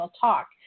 talk